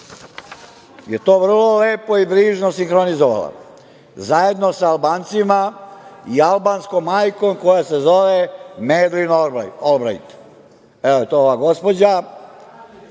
je to vrlo lepo i brižno sinhronizovala zajedno sa Albancima i albanskom majkom koja se zove Medlin Olbrajt. Evo, to je ova gospođa,